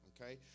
okay